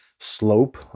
slope